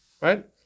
right